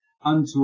unto